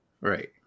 Right